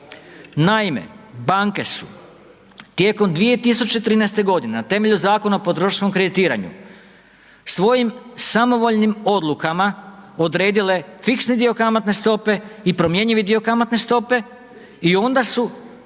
Naime, banke su tijekom 2013. g. na temelju Zakona o potrošačkom kreditiranju svojim samovoljnim odlukama, odredile fiksni dio kamatne stope i promjenjivi dio kamatne stope i onda su takvu